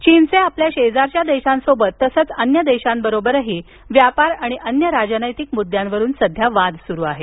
चीनचे आपल्या शेजारच्या देशांसोबत तसंच अन्य देशांबरोबरही व्यापार आणि अन्य राजनैतिक मुद्द्यांवरुन सध्या वाद सुरू आहेत